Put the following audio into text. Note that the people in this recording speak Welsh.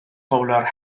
fowler